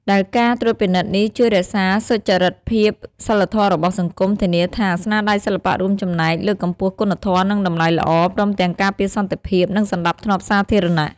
ដែលការត្រួតពិនិត្យនេះជួយរក្សាសុចរិតភាពសីលធម៌របស់សង្គម ធានាថាស្នាដៃសិល្បៈរួមចំណែកលើកកម្ពស់គុណធម៌ និងតម្លៃល្អ ព្រមទាំងការពារសន្តិភាព និងសណ្ដាប់ធ្នាប់សាធារណៈ។